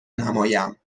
نمایم